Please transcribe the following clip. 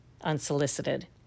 unsolicited